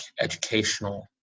educational